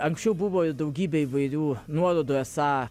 anksčiau buvo daugybė įvairių nuorodų esą